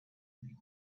remains